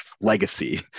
legacy